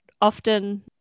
often